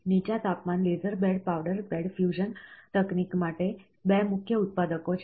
નીચા તાપમાન laser bed powder bed fusion તકનિક માટે 2 મુખ્ય ઉત્પાદકો છે